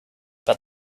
but